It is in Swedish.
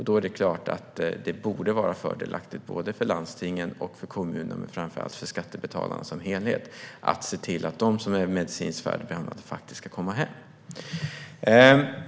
Då är det klart att det borde vara fördelaktigt för landstingen, för kommunerna och framför allt för skattebetalarna som helhet att se till att de som är medicinskt färdigbehandlade flyttas över till hemkommunen.